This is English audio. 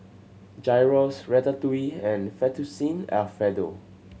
Gyros Ratatouille and Fettuccine Alfredo